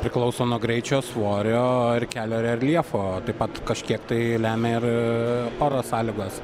priklauso nuo greičio svorio ir kelio reljefo taip pat kažkiek tai lemia ir oro sąlygos